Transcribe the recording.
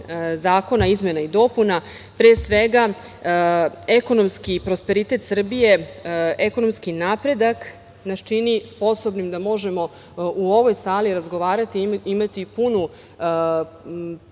zakona, izmena i dopuna. Pre svega, ekonomski prosperitet Srbije, ekonomski napredak nas čini sposobnim da možemo u ovoj sali razgovarati, imati punu, praktično